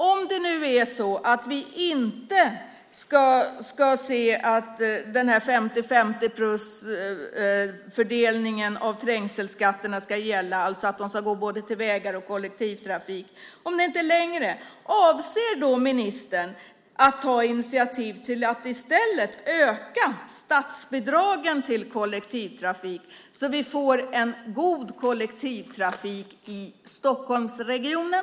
Om inte 50-50-fördelningen av trängselskatter ska gälla, att de ska gå till både vägar och kollektivtrafik, avser ministern att ta initiativ till att i stället öka statsbidragen till kollektivtrafik så att vi får en god kollektivtrafik i Stockholmsregionen?